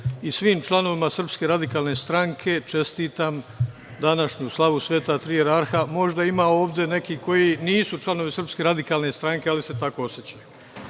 i svim članovima Srpske radikalne stranke čestitam današnju slavu Sveta Tri Jararha, možda ima ovde nekih koji nisu članovi Srpske radikalne stranke ali se tako osećaju. Sada